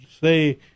say